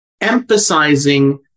emphasizing